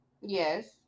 Yes